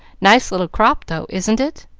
nice little crop though, isn't it?